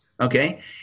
Okay